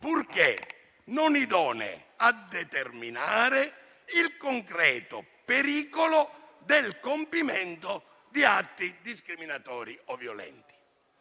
«purché non idonee a determinare il concreto pericolo del compimento di atti discriminatori o violenti».